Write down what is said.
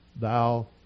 thou